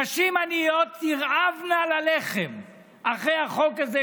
נשים עניות תרעבנה ללחם אחרי החוק הזה,